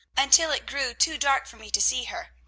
until it grew too dark for me to see her.